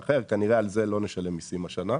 לכן על זה אנחנו כנראה לא נשלם מסים השנה.